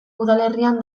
udalerrian